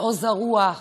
על עוז הרוח,